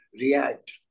react